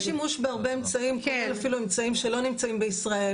יש שימוש בהרבה אמצעים כולל אמצעים שלא נמצאים בישראל